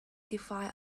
define